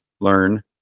learn